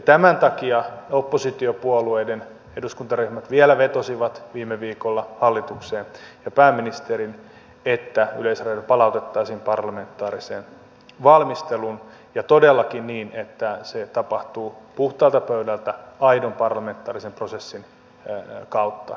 tämän takia oppositiopuolueiden eduskuntaryhmät vielä vetosivat viime viikolla hallitukseen ja pääministeriin että yleisradio palautettaisiin parlamentaariseen valmisteluun ja todellakin niin että se tapahtuu puhtaalta pöydältä aidon parlamentaarisen prosessin kautta